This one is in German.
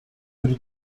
würde